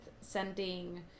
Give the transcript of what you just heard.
sending